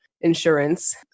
insurance